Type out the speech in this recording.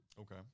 Okay